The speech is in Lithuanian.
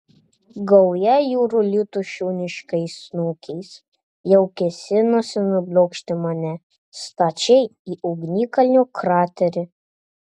gauja jūrų liūtų šuniškais snukiais jau kėsinosi nublokšti mane stačiai į ugnikalnio kraterį